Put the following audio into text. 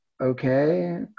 okay